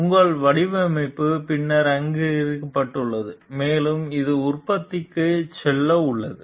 உங்கள் வடிவமைப்பு பின்னர் அங்கீகரிக்கப்பட்டுள்ளது மேலும் இது உற்பத்திக்கு செல்ல உள்ளது